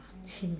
chim eh